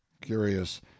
curious